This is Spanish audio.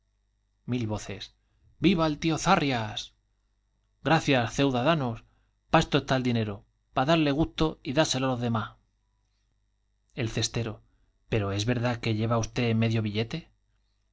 mil voces j viva el tío zarrias gracias ceudadanos pa esto sirve el dinero pa dale gusto y dáselo á los demás el cestero pero es veras de que llevaba usté medio billete